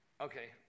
Okay